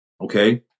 Okay